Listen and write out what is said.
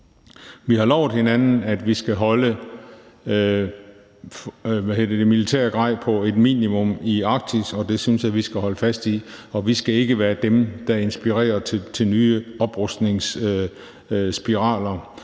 Vi har lovet hinanden, at vi skal holde det militære grej på et minimum i Arktis, og det synes jeg vi skal holde fast i, og vi skal ikke være dem, der inspirerer til nye oprustningsspiraler.